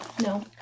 No